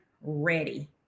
ready